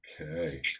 Okay